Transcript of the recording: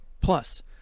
Plus